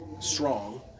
strong